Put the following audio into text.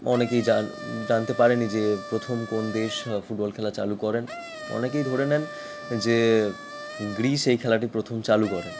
অনেকেই জান জানতে পারেনি যে প্রথম কোন দেশ ফুটবল খেলা চালু করেন অনেকেই ধরে নেন যে গ্রিস এই খেলাটি প্রথম চালু করে